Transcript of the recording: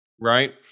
right